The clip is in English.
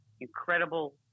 incredible